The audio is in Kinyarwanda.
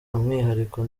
umwihariko